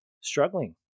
struggling